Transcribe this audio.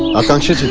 akansha?